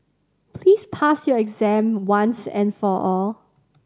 please pass your exam once and for all